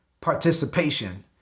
participation